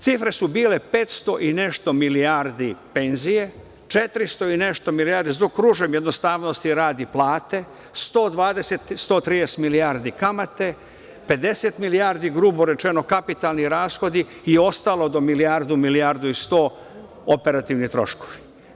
Cifre su bile 500 i nešto milijardi penzije, 400 i nešto milijardi, zaokružujem, jednostavnosti radi, plate, 120, 130 milijardi kamate, 50 milijardi grubo rečeno kapitalni rashodi i ostalo do milijardu, milijardu i 100 operativni troškovi.